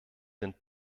sind